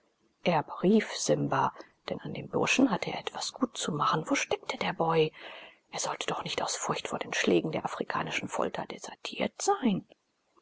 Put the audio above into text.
erb rief simba denn an dem burschen hatte er etwas gut zu machen wo steckte der boy er sollte doch nicht aus furcht vor den schlägen der afrikanischen folter desertiert sein